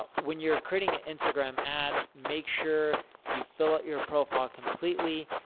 but when you're creating an instagram ad, make sure you fill out your profile completely.